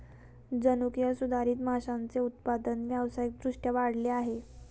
जनुकीय सुधारित माशांचे उत्पादन व्यावसायिक दृष्ट्या वाढले आहे